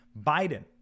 Biden